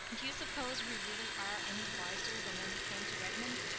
do you suppose we really are any wiser than when we came to redmond?